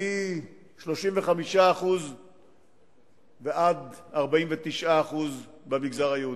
מ-35% ועד 49% במגזר היהודי.